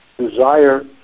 desire